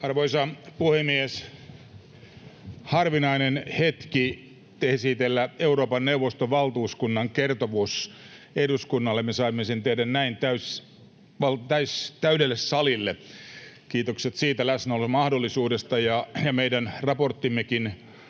Arvoisa puhemies! On harvinainen hetki esitellä Euroopan neuvoston valtuuskunnan kertomus eduskunnalle — me saimme sen tehdä näin täydelle salille. Kiitokset läsnäolon mahdollisuudesta, ja meidän raporttimmekin